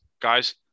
Guys